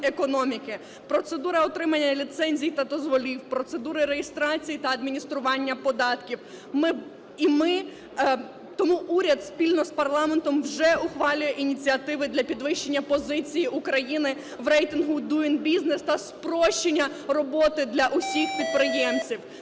процедура отримання ліцензій та дозволів, процедури реєстрації та адміністрування податків. Тому уряд спільно з парламентом вже ухвалює ініціативи для підвищення позицій України в рейтингу Doing Business та спрощення роботи для усіх підприємців.